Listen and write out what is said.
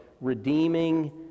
redeeming